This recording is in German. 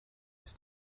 ist